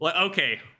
Okay